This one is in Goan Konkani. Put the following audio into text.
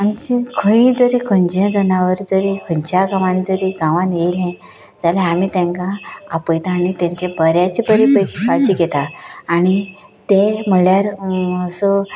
आमचे खंयतरी खंयचें जनावर जरी खंयच्या गांवांत जरी गावांत येयलें जाल्यार आमी ताका आपयतात आनी तांचे बऱ्याचे बरें काळजी घेतात आनी ते म्हणल्यार असो